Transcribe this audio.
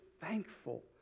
thankful